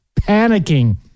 panicking